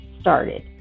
started